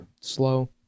Slow